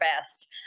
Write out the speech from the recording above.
best